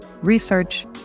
research